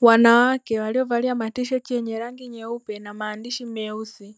Wanawake waliovalia matisheti yenye rangi nyeupe na maandishi meusi